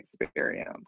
experience